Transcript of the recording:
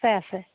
আছে আছে